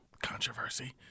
Controversy